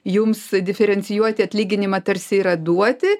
jums diferencijuoti atlyginimą tarsi yra duoti